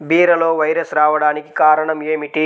బీరలో వైరస్ రావడానికి కారణం ఏమిటి?